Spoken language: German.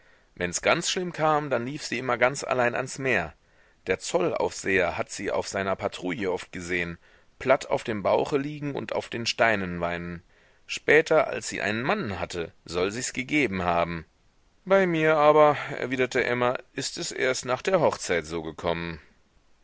wenns ganz schlimm kam dann lief sie immer ganz allein ans meer der zollaufseher hat sie auf seiner patrouille oft gesehen platt auf dem bauche liegen und auf den steinen weinen später als sie einen mann hatte soll sichs gegeben haben bei mir aber erwiderte emma ist es erst nach der hochzeit so gekommen